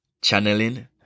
channeling